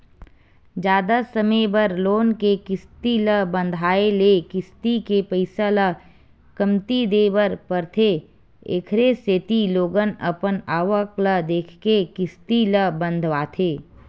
जादा समे बर लोन के किस्ती ल बंधाए ले किस्ती के पइसा ल कमती देय बर परथे एखरे सेती लोगन अपन आवक ल देखके किस्ती ल बंधवाथे